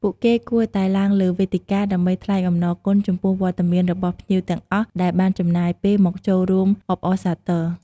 ពួកគេគួរតែឡើងលើវេទិកាដើម្បីថ្លែងអំណរគុណចំពោះវត្តមានរបស់ភ្ញៀវទាំងអស់ដែលបានចំណាយពេលមកចូលរួមអបអរសាទរ។